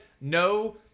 no